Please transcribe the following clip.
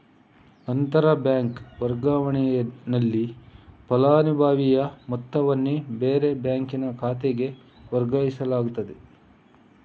ಅಂತರ ಬ್ಯಾಂಕ್ ವರ್ಗಾವಣೆನಲ್ಲಿ ಫಲಾನುಭವಿಯ ಮೊತ್ತವನ್ನ ಬೇರೆ ಬ್ಯಾಂಕಿನ ಖಾತೆಗೆ ವರ್ಗಾಯಿಸಲಾಗ್ತದೆ